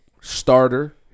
starter